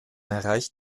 erreicht